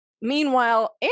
meanwhile